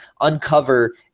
uncover